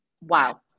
Wow